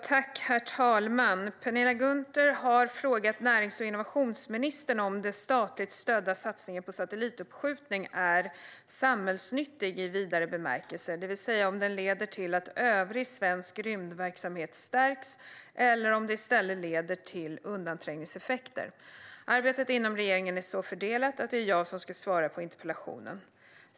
Herr talman! Penilla Gunther har frågat närings och innovationsministern om den statligt stödda satsningen på satellituppskjutning är samhällsnyttig i vidare bemärkelse, det vill säga om den leder till att övrig svensk rymdverksamhet stärks eller om den i stället leder till undanträngningseffekter. Arbetet inom regeringen är så fördelat att det är jag som ska svara på interpellationen.